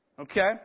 Okay